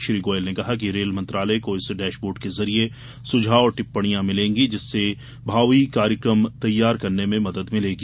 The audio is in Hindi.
श्री गोयल ने कहा कि रेल मंत्रालय को इस डेशबोर्ड के जरिये सुझाव और टिप्पिणियां मिलेंगी जिससे भावी कार्यक्रम तैयार करने में मदद मिलेगी